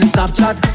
Snapchat